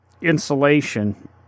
insulation